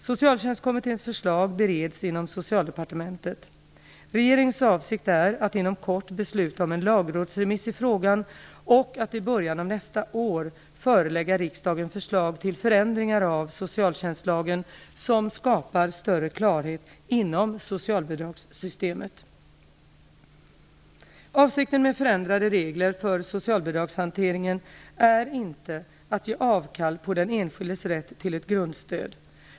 Socialtjänstkommitténs förslag bereds inom Socialdepartementet. Regeringens avsikt är att inom kort besluta om en lagrådsremiss i frågan och att i början av nästa år förelägga riksdagen förslag till förändringar av socialtjänstlagen som skapar större klarhet inom socialbidragssystemet. Avsikten med förändrade regler för socialbidragshanteringen är inte att ge avkall på den enskildes rätt till ett grundstöd.